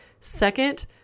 Second